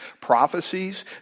prophecies